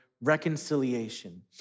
reconciliation